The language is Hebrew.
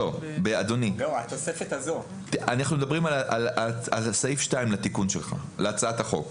אנחנו מדברים על סעיף 2 להצעת החוק.